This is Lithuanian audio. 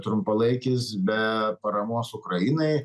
trumpalaikis be paramos ukrainai